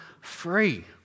free